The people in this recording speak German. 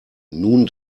nun